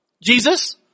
Jesus